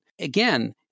Again